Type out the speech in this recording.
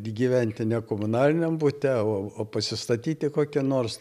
gyventi ne komunaliniam bute o o pasistatyti kokią nors